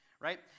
right